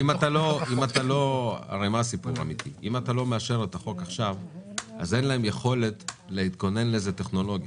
אם אתה לא מאשר את החוק עכשיו אז אין להם יכולת להתכונן לזה טכנולוגית.